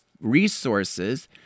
resources